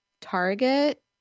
Target